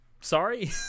Sorry